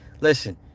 Listen